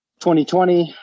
2020